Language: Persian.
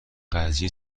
قضیه